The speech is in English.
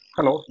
Hello